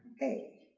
hey,